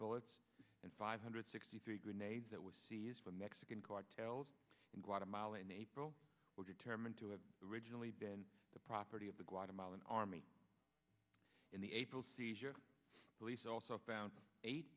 bullets and five hundred sixty three grenades that were seized from mexican cartels in guatemala in april were determined to have originally been the property of the guatemalan army in the april seizure police also found eight